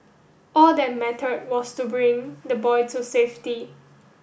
all that matter was to bring the boy to safety